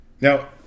Now